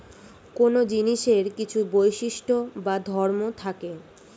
কোন জিনিসের কিছু বৈশিষ্ট্য বা ধর্ম থাকে